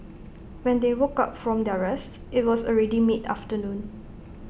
when they woke up from their rest IT was already mid afternoon